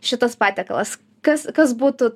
šitas patiekalas kas kas būtų